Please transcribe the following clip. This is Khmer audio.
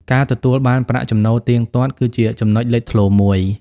ការទទួលបានប្រាក់ចំណូលទៀងទាត់ គឺជាចំណុចលេចធ្លោមួយ។